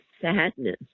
sadness